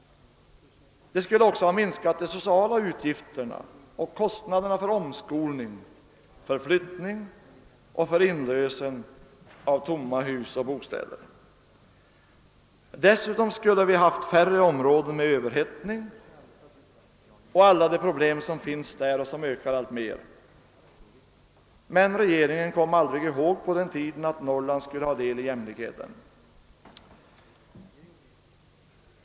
Det skulle ha minskat de sociala utgifterna och kostnaderna för omskolning och flyttning och för inlösen av tomma hus och bostäder. Dessutom skulle vi ha haft färre områden med överhettning med alla de problem som finns där och som ökar alltmer. Men regeringen kom på den tiden aldrig ihåg att Norrland skulle ha del av jämlikheten.